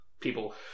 people